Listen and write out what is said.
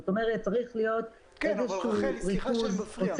זאת אומרת שצריך להיות איזה שהוא ריכוז,